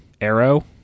Arrow